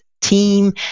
team